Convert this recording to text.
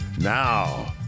Now